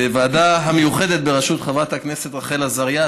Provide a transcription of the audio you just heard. בוועדה המיוחדת בראשות חברת הכנסת רחל עזריה,